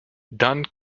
dann